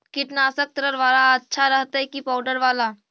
कीटनाशक तरल बाला अच्छा रहतै कि पाउडर बाला?